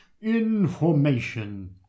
information